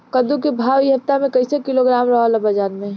कद्दू के भाव इ हफ्ता मे कइसे किलोग्राम रहल ह बाज़ार मे?